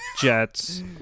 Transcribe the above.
Jets